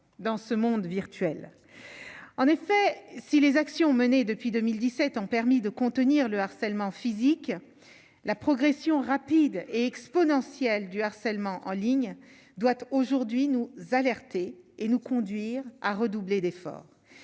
dans ce monde virtuel. En effet, si les actions menées depuis 2017 ont permis de contenir le harcèlement physique la progression rapide et exponentielle du harcèlement en ligne droite, aujourd'hui nous alerter et nous conduire à redoubler d'efforts,